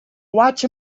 watch